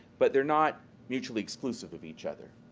but they're not mutually exclusive of each other.